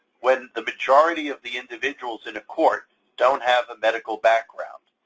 when the majority of the individuals in a court don't have a medical background.